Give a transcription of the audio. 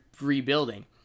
rebuilding